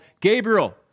Gabriel